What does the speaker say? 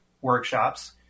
workshops